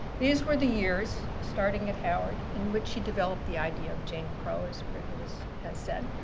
these were the years, starting at howard, in which she developed the idea of jane crow, as brittney has has said,